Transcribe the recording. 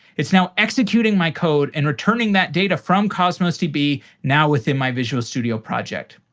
it's now executing my code and returning that data from cosmos db now within my visual studio project.